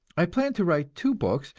i plan to write two books,